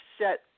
set